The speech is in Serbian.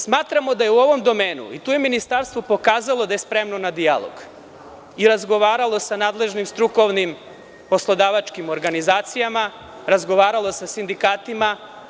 Smatramo da je u ovom domenu i tu je ministarstvo pokazalo da je spremno na dijalog i razgovaralo sa nadležnim strukovnim poslodavačkim organizacijama, razgovaralo sa sindikatima.